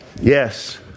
Yes